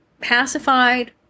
pacified